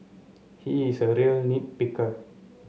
he is a real nit picker